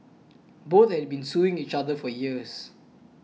both had been suing each other for years